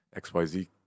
XYZ